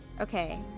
Okay